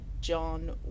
John